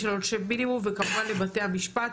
לנו עונשי מינימום וכמובן לבתי המשפט.